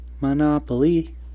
Monopoly